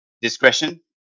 discretion